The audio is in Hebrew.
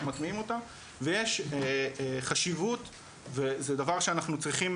מטמיעים אותה ויש חשיבות וזה דבר שאנחנו צריכים,